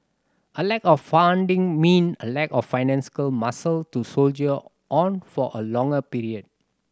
a lack of funding meant a lack of financial muscle to soldier on for a longer period